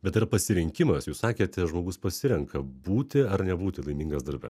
bet yra pasirinkimas jūs sakėte žmogus pasirenka būti ar nebūti laimingas darbe